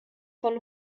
von